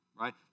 right